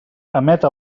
emeta